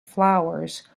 flowers